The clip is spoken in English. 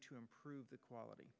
to improve the quality